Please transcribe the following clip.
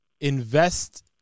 invest